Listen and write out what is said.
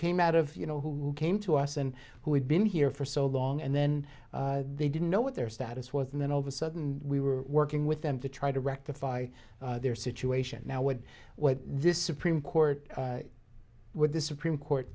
came out of you know who came to us and who had been here for so long and then they didn't know what their status was and then all of a sudden we were working with them to try to rectify their situation now what what this supreme court with the supreme court